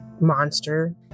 monster